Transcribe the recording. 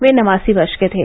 वे नवासी वर्ष के थे